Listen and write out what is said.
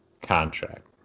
contract